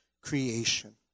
creation